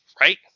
right